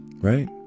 Right